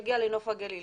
יגיע לנוף הגליל,